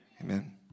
Amen